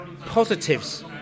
Positives